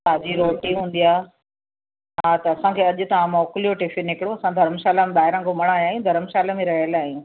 ताज़ी रोटी हूंदी आहे हा त असांखे अॼु तव्हां मोकिलियो टिफिन हिकिड़ो असां धर्मशाला में ॿाहिरां घुमण आया आहियूं ॿाहिरां धर्मशाला में रहियल आहियूं